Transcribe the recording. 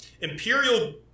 Imperial